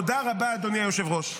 תודה רבה, אדוני היושב-ראש.